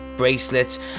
bracelets